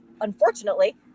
Unfortunately